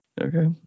okay